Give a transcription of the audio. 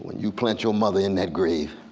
you plant your mother in that grave,